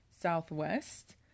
southwest